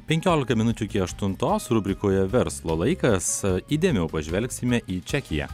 penkiolika minučių iki aštuntos rubrikoje verslo laikas įdėmiau pažvelgsime į čekiją